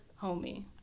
homie